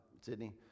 Sydney